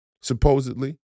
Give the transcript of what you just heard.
supposedly